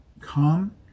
come